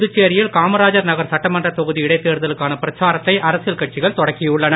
புதுச்சேரியில் காமராஜர் நகர் சட்டமன்றத் தொகுதி இடைத் தேர்தலுக்கான பிரச்சாரத்தை அரசியல் கட்சிகள் தொடக்கியுள்ளன